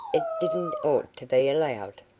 it didn't ought to be allowed.